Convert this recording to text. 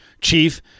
Chief